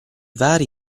vari